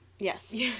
Yes